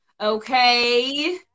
okay